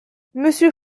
monsieur